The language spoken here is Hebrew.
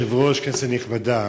אדוני היושב-ראש, כנסת נכבדה,